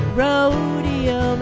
rodeo